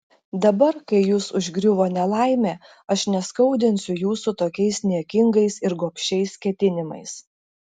dabar kai jus užgriuvo nelaimė aš neskaudinsiu jūsų tokiais niekingais ir gobšiais ketinimais